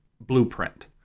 blueprint